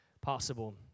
possible